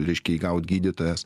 reiškia įgaut gydytojas